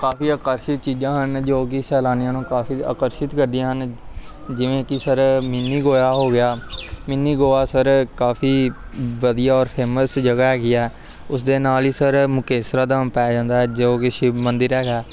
ਕਾਫੀ ਆਕਰਸ਼ਿਤ ਚੀਜ਼ਾਂ ਹਨ ਜੋ ਕਿ ਸੈਲਾਨੀਆਂ ਨੂੰ ਕਾਫੀ ਆਕਰਸ਼ਿਤ ਕਰਦੀਆਂ ਹਨ ਜਿਵੇਂ ਕਿ ਸਰ ਮਿੰਨੀ ਗੋਆ ਹੋ ਗਿਆ ਮਿੰਨੀ ਗੋਆ ਸਰ ਕਾਫੀ ਵਧੀਆ ਔਰ ਫੇਮਸ ਜਗ੍ਹਾ ਹੈਗੀ ਆ ਉਸ ਦੇ ਨਾਲ ਹੀ ਸਰ ਮੁਕਤੇਸ਼ਵਾਰ ਧਾਮ ਪੈ ਜਾਂਦਾ ਹੈ ਜੋ ਕਿ ਸ਼ਿਵ ਮੰਦਿਰ ਹੈਗਾ